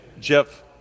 jeff